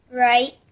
Right